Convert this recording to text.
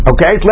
Okay